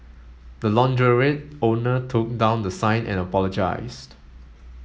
the launderette owner took down the sign and apologised